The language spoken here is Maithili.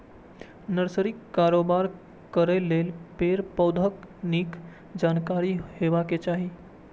नर्सरीक कारोबार करै लेल पेड़, पौधाक नीक जानकारी हेबाक चाही